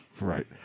Right